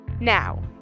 Now